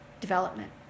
development